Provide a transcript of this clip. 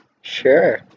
Sure